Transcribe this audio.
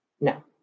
No